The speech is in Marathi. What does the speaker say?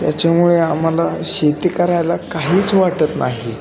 त्याच्यामुळे आम्हाला शेती करायला काहीच वाटत नाही